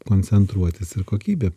koncentruotis ir kokybė